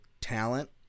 talent